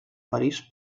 parís